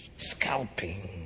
scalping